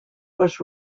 was